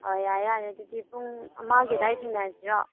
ꯑꯣ ꯌꯥꯔꯦ ꯌꯥꯔꯦ ꯑꯗꯨꯗꯤ ꯄꯨꯡ ꯑꯃꯒꯤ ꯑꯗꯨꯋꯥꯏꯗ ꯊꯤꯡꯅꯔꯁꯤꯔꯣ